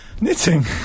Knitting